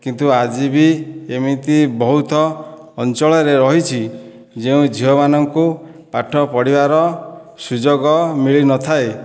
କିନ୍ତୁ ଆଜି ବି ଏମିତି ବହୁତ ଅଞ୍ଚଳରେ ରହିଛି ଯେଉଁ ଝିଅମାନଙ୍କୁ ପାଠ ପଢ଼ିବାର ସୁଯୋଗ ମିଳିନଥାଏ